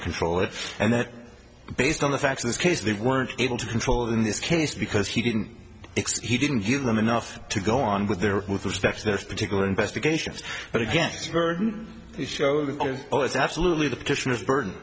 to control it and that based on the facts of this case they weren't able to control in this case because he didn't he didn't give them enough to go on with there with respect to this particular investigation but against verdun oh it's absolutely the petitioners bur